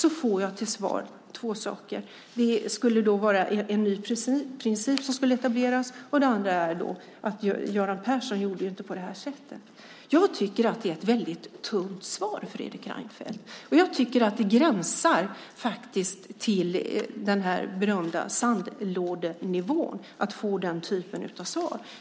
Det ena är att det skulle vara en ny princip som etablerats. Det andra är att Göran Persson ju inte gjorde på det sättet. Det är ett väldigt tunt svar, Fredrik Reinfeldt. Det gränsar till den berömda sandlådenivån att få den typen av svar.